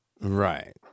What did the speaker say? right